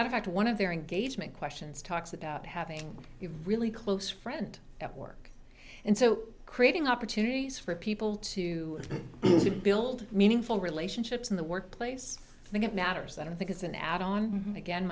matter fact one of their engagement questions talks about having a really close friend at work and so creating opportunities for people to build meaningful relationships in the workplace think it matters that i think it's an add on a